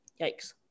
Yikes